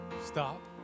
stop